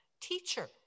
Teacher